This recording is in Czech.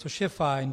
Což je fajn.